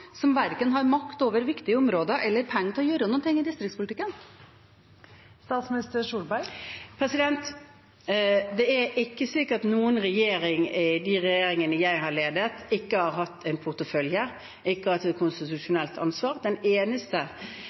som verken har makt over viktige områder eller penger til å gjøre noe med distriktspolitikken? Det er ikke slik at noen i de regjeringene jeg har ledet, ikke har hatt en portefølje eller ikke hatt et konstitusjonelt ansvar. Den eneste